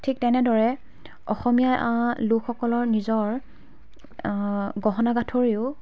ঠিক তেনেদৰে অসমীয়া লোকসকলৰ নিজৰ গহনা গাঁঠৰিও